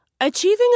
Achieving